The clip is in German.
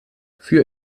für